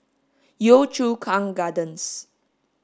Yio Chu Kang Gardens